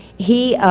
he,